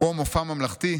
"או מופע ממלכתי,